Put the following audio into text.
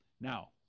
Now